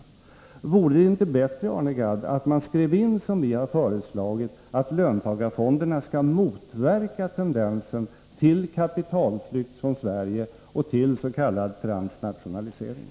Vore det inte bättre, Arne Gadd, att man skrev in, som vi har föreslagit, att löntagarfonderna skall motverka tendensen till kapitalflykt från Sverige och tills.k. transnationalisering?